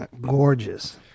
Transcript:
gorgeous